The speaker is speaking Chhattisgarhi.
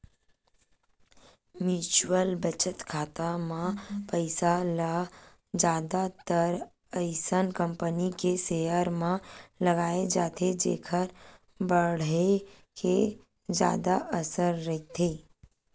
म्युचुअल बचत खाता म पइसा ल जादातर अइसन कंपनी के सेयर म लगाए जाथे जेखर बाड़हे के जादा असार रहिथे